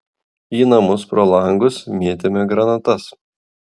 į namus pro langus mėtėme granatas